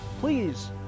please